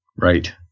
Right